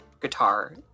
guitar